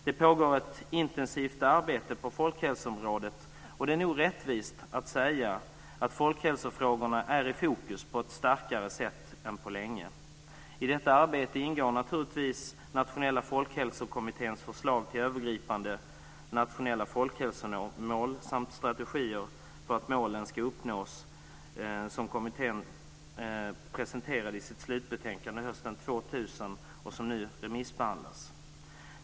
Det pågår ett intensivt arbete på folkhälsoområdet, och det är nog rättvist att säga att folkhälsofrågorna är i fokus på ett starkare sätt än på länge. I detta arbete ingår naturligtvis nationella folkhälsokommitténs förslag till övergripande nationella folkhälsomål samt strategier för att målen ska uppnås som kommittén presenterade i sitt slutbetänkande hösten 2000 och som nu remissbehandlas.